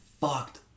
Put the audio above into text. fucked